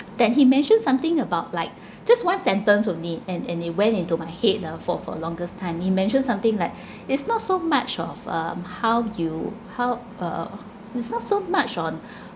that he mentioned something about like just one sentence only and and it went into my head ah for for longest time he mentioned something like it's not so much of um how you how uh it's not so much on